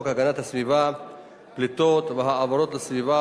הגנת הסביבה (פליטות והעברות לסביבה,